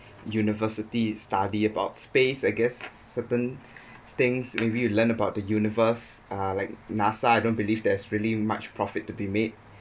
university study about space I guess certain things maybe you learn about the universe are like NASA I don't believe there's really much profit to be made